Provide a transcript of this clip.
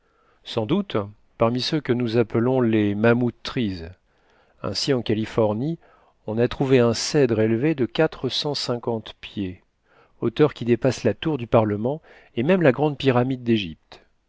sans doute parmi ceux que nous appelons les mammouth trees ainsi en californie on a trouvé un cèdre élevé de quatre cent cinquante pieds hauteur qui dépasse la tour du parlement et même la grande pyramide d'égypte